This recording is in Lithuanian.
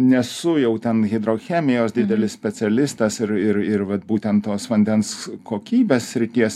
nesu jau ten hidrochemijos didelis specialistas ir ir ir vat būtent tos vandens kokybės srities